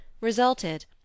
resulted